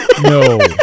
No